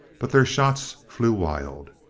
but their shots flew wild.